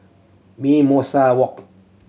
Mimosa Walk